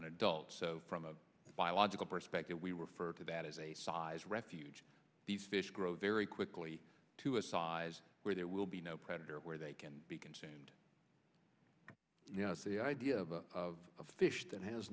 an adult so from a biological perspective we refer to that as a size refuge these fish grow very quickly to a size where there will be no predator where they can be consumed you know the idea of a fish that has